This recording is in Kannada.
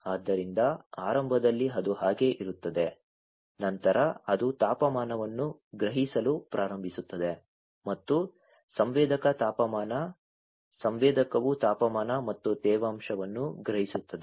ಆದ್ದರಿಂದ ಆರಂಭದಲ್ಲಿ ಅದು ಹಾಗೆ ಇರುತ್ತದೆ ನಂತರ ಅದು ತಾಪಮಾನವನ್ನು ಗ್ರಹಿಸಲು ಪ್ರಾರಂಭಿಸುತ್ತದೆ ಮತ್ತು ಸಂವೇದಕ ತಾಪಮಾನ ಸಂವೇದಕವು ತಾಪಮಾನ ಮತ್ತು ತೇವಾಂಶವನ್ನು ಗ್ರಹಿಸುತ್ತದೆ